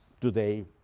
today